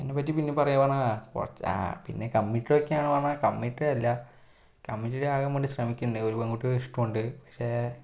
എന്നെപ്പറ്റി പിന്നെ പറയുകയാണെ പിന്നെ കമ്മിറ്റൊക്കെ ആണോ പറഞ്ഞാൽ കമ്മിറ്റല്ല കമ്മിറ്റഡ് ആകാൻ വേണ്ടി ശ്രമിക്കുന്നുണ്ട് ഒരു പെൺകുട്ടിയോട് ഇഷ്ടം ഉണ്ട് പക്ഷേ